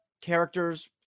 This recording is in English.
characters